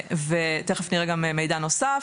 ותכף נראה גם מידע נוסף.